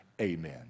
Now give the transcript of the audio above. Amen